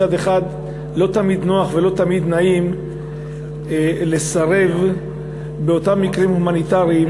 מצד אחד לא תמיד נוח ולא תמיד נעים לסרב באותם מקרים הומניטריים